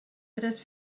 tres